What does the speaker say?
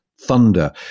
thunder